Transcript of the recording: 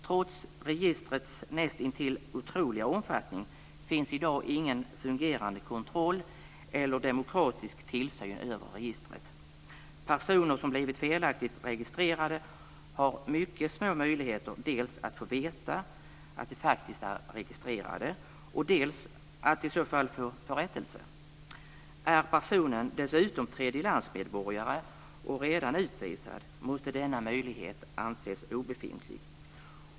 Trots registrets nästintill otroliga omfattning finns i dag ingen fungerande kontroll eller demokratisk tillsyn över registret. Personer som blivit felaktigt registrerade har mycket små möjligheter dels att få veta att de faktiskt är registrerade, dels att i så fall få rättelse. Är personen dessutom tredjelandsmedborgare och redan utvisad måste denna möjlighet anses obefintlig.